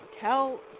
tell